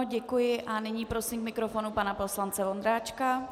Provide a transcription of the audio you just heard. Děkuji a nyní prosím k mikrofonu pana poslance Vondráčka.